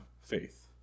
faith